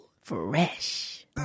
Fresh